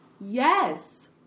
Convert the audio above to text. Yes